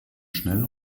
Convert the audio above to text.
schnell